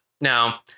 now